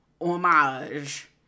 homage